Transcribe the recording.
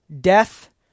death